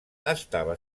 estava